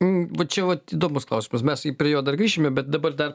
va čia vat įdomus klausimas mes jį prie jo dar grįšime bet dabar dar